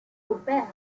quebec